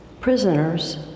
prisoners